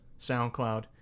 SoundCloud